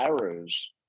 arrows